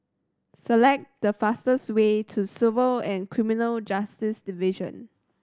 select the fastest way to Civil and Criminal Justice Division